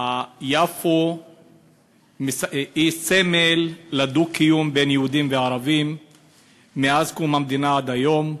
יפו היא סמל לדו-קיום בין יהודים לערבים מאז קום המדינה ועד היום.